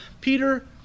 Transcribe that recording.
Peter